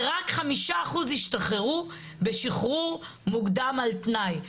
ורק 5% השתחררו בשיחרור מוקדם על תנאי.